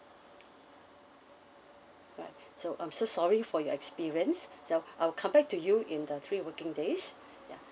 right so I'm so sorry for your experience so I'll come back to you in the three working days ya